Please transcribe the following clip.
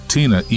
Tina